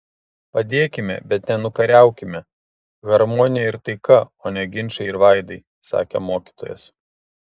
padėkime bet ne nukariaukime harmonija ir taika o ne ginčai ir vaidai sakė mokytojas